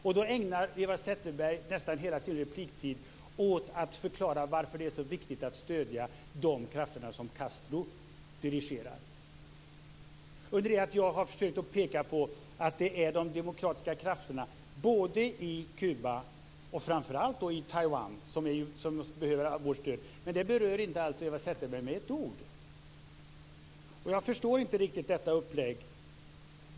Men Eva Zetterberg ägnar nästan hela sin repliktid åt att förklara varför det är så viktigt att stödja de krafter som Castro dirigerar, medan jag har försökt att peka på att det är de demokratiska krafterna både i Kuba och i Taiwan som behöver allt vårt stöd. Men detta berör inte Eva Zetterberg med ett ord. Jag förstår inte riktigt detta upplägg.